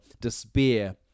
despair